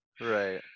right